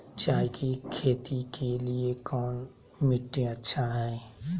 चाय की खेती के लिए कौन मिट्टी अच्छा हाय?